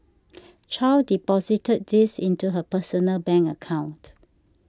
Chow deposited these into her personal bank account